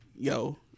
Yo